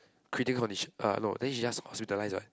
critical condition uh no then she just hospitalised what